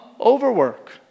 overwork